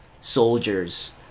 Soldiers